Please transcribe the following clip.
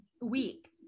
week